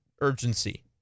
urgency